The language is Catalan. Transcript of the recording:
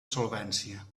solvència